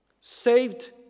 saved